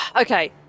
Okay